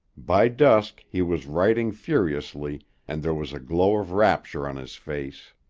by dusk, he was writing furiously and there was a glow of rapture on his face.